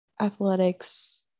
athletics